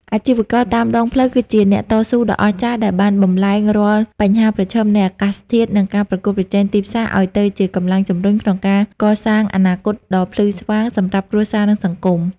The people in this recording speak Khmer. អាជីវករតាមដងផ្លូវគឺជាអ្នកតស៊ូដ៏អស្ចារ្យដែលបានបំប្លែងរាល់បញ្ហាប្រឈមនៃអាកាសធាតុ និងការប្រកួតប្រជែងទីផ្សារឱ្យទៅជាកម្លាំងជម្រុញក្នុងការកសាងអនាគតដ៏ភ្លឺស្វាងសម្រាប់គ្រួសារ និងសង្គម។